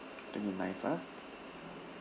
twenty-ninth ah